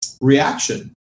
reaction